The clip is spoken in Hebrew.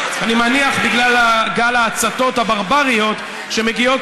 אני מניח בגלל גל ההצתות הברבריות שמגיעות